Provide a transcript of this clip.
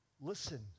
Listen